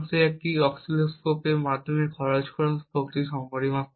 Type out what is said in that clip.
সে একটি অসিলোস্কোপের মাধ্যমে খরচ করা শক্তি পরিমাপ করে